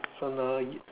so now